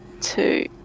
two